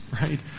right